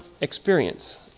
experience